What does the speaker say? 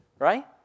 Right